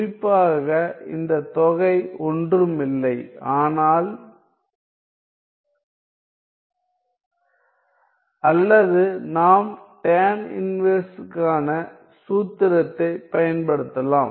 குறிப்பாக இந்த தொகை ஒன்றும் இல்லை ஆனால் அல்லது நாம் tan−1 க்கான சூத்திரத்தைப் பயன்படுத்தலாம்